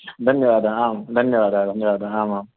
धन्यवादाः आं धन्यवादाः धन्यवादाः आम् आम्